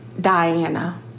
Diana